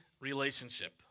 relationship